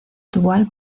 dual